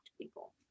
people